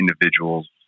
individuals